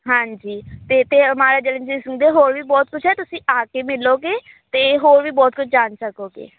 ਹਾਂਜੀ ਅਤੇ ਅਤੇ ਮਹਾਰਾਜਾ ਰਣਜੀਤ ਸਿੰਘ ਦੇ ਹੋਰ ਵੀ ਬਹੁਤ ਕੁਛ ਹੈ ਤੁਸੀਂ ਆ ਕੇ ਮਿਲੋਂਗੇ ਅਤੇ ਹੋਰ ਵੀ ਬਹੁਤ ਕੁਛ ਜਾਣ ਸਕੋਗੇ